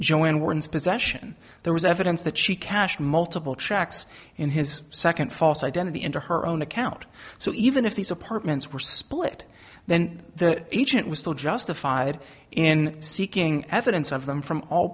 joy in words possession there was evidence that she cashed multiple checks in his second false identity into her own account so even if these apartments were split then the agent still justified in seeking evidence of them from all